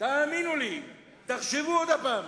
תאמינו לי, תחשבו עוד פעם.